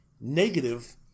negative